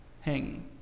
hanging